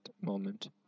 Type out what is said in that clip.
moment